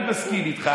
אני מסכים איתך,